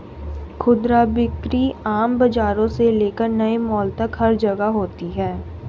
खुदरा बिक्री आम बाजारों से लेकर नए मॉल तक हर जगह होती है